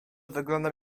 wyglądam